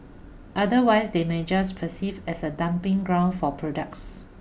otherwise they may just perceived as a dumping ground for products